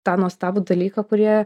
tą nuostabų dalyką kurie